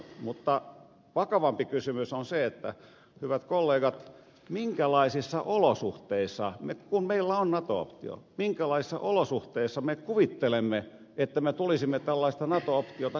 mutta vakavampi kysymys on se hyvät kollegat että kun meillä on nato optio niin minkälaisissa olosuhteissa me kuvittelemme että me tulisimme tällaista nato optiota käyttämään